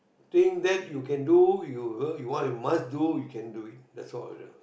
think that you can do you he~ you want you must do you can do it that's all lah